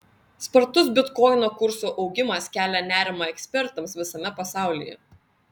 spartus bitkoino kurso augimas kelia nerimą ekspertams visame pasaulyje